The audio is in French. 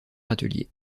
atelier